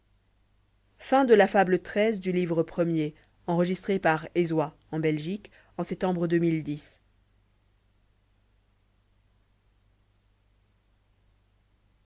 la fable n